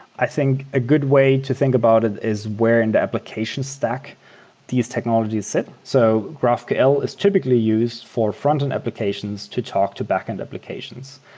i think a good way to think about it is where in the application stack these technologies sit. so graphql is typically used for frontend applications to talk to backend applications.